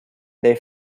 they